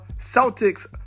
Celtics